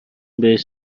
بهش